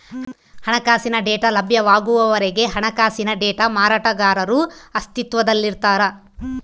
ಹಣಕಾಸಿನ ಡೇಟಾ ಲಭ್ಯವಾಗುವವರೆಗೆ ಹಣಕಾಸಿನ ಡೇಟಾ ಮಾರಾಟಗಾರರು ಅಸ್ತಿತ್ವದಲ್ಲಿರ್ತಾರ